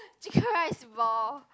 chicken rice ball